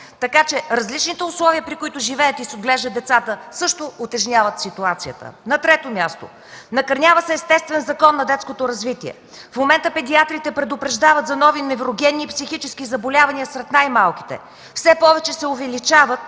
Така че, различните условия, при които живеят и се отглеждат децата, също утежняват ситуацията. На трето място, накърнява се естествен закон на детското развитие. В момента педиатрите предупреждават за нови неврогенни и психически заболявания сред най-малките. Все повече се увеличават